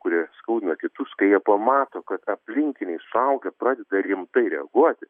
kurie skaudina kitus kai jie pamato kad aplinkiniai suaugę pradeda rimtai reaguoti